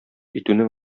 итүнең